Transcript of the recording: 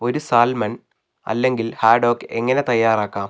ഒരു സാൽമൺ അല്ലെങ്കിൽ ഹാഡോക്ക് എങ്ങനെ തയ്യാറാക്കാം